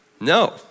No